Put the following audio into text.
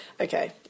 okay